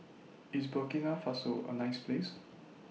IS Burkina Faso A nice Place